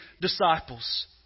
disciples